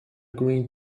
green